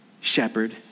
shepherd